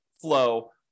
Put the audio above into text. flow